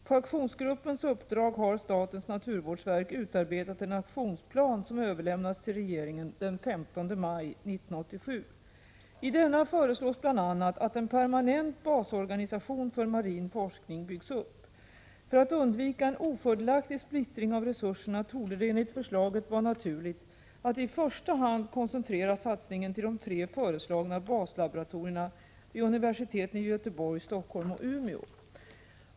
På aktionsgruppens uppdrag har statens naturvårdsverk utarbetat en aktionsplan som överlämnats till regeringen den 15 maj 1987. I denna föreslås bl.a. att en permanent basorganisation för marin forskning byggs upp. För att undvika en ofördelaktig splittring av resurserna torde det enligt förslaget vara naturligt att i första hand koncentrera satsningen till de tre föreslagna baslaboratorierna vid universiteten i Göteborg, Stockholm och Umeå.